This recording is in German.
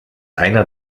einer